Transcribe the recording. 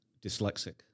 dyslexic